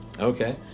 Okay